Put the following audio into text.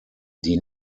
die